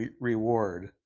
reward